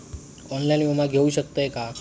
Online विमा घेऊ शकतय का?